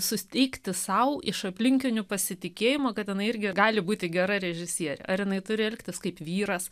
suteikti sau iš aplinkinių pasitikėjimą katinai irgi gali būti gera režisierė ar jinai turi elgtis kaip vyras